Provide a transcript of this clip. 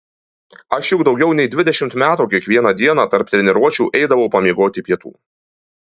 aš juk daugiau nei dvidešimt metų kiekvieną dieną tarp treniruočių eidavau pamiegoti pietų